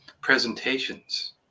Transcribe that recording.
presentations